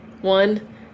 One